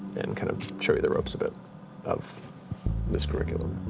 and kind of show you the ropes a bit of this curriculum.